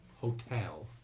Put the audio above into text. Hotel